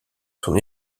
son